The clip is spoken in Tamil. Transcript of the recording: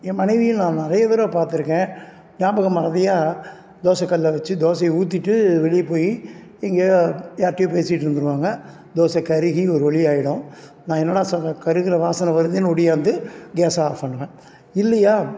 என் மனைவியும் நான் நிறைய தடவை பார்த்துருக்கேன் ஞாபக மறதியாக தோசைக்கல்ல வச்சு தோசையை ஊற்றிட்டு வெளியே போய் எங்கேயோ யார்கிட்டையோ பேசிகிட்டு இருந்துடுவாங்க தோசை கருகி ஒரு வழியாயிடும் நான் என்னடா ச கருகுகிற வாசனை வருகுதேன்னு ஒடியாந்து கேஸை ஆஃப் பண்ணுவேன் இல்லையா